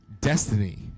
destiny